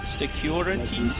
security